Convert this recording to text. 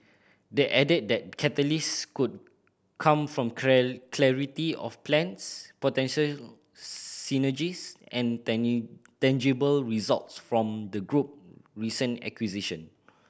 they added that catalyst could come from clarity of plans potential synergies and tangible results from the group recent acquisition